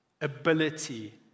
ability